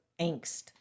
angst